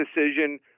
decision